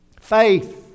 Faith